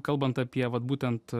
kalbant apie vat būtent